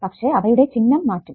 പക്ഷേ അവയുടെ ചിഹ്നം മാറ്റും